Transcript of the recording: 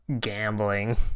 gambling